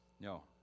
No